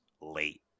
late